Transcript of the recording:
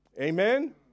Amen